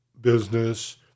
business